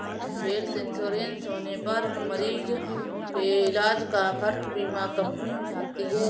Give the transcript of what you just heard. health insurance होने पर मरीज के इलाज का खर्च बीमा कंपनी उठाती है